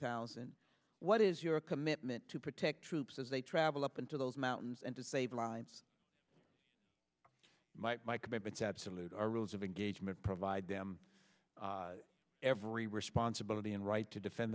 thousand what is your commitment to protect troops as they travel up into those mountains and to save lives might my commitment absolute our rules of engagement provide them every responsibility and right to defend